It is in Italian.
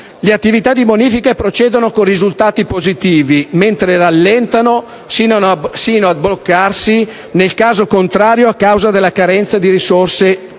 le attività di bonifica procedono con risultati positivi, mentre rallentano sino a bloccarsi nel caso contrario, a causa della carenza di risorse pubbliche.